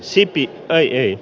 siipi tai